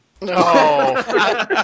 No